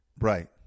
Right